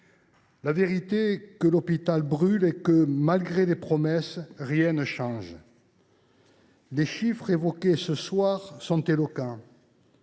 concitoyens. L’hôpital brûle et, malgré les promesses, rien ne change. Les chiffres évoqués ce soir sont éloquents